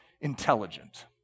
intelligent